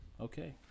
Okay